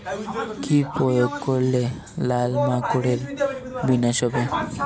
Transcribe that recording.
কি প্রয়োগ করলে লাল মাকড়ের বিনাশ হবে?